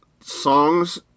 songs